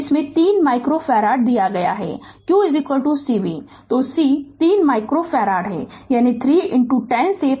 इसमें 3 microfarad दिया गया है q cv तो सी 3 माइक्रो फैराड है यानी 310 से पावर 6 फैराड